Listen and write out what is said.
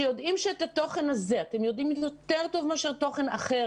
שיודעים שתוכן מסוים הם יודעים ללמד יותר טוב מאשר תוכן אחר,